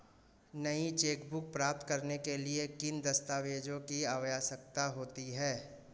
नई चेकबुक प्राप्त करने के लिए किन दस्तावेज़ों की आवश्यकता होती है?